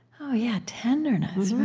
oh, yeah, tenderness.